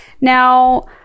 now